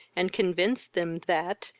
and convinced them, that,